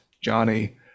johnny